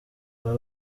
aba